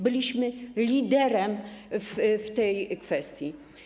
Byliśmy liderem w tej kwestii.